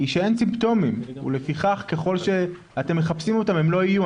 היא שאין סימפטומים ולפיכך ככל שאתם מחפשים אותם הם לא יהיו.